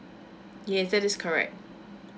yes that is correct